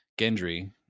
Gendry